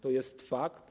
To jest fakt.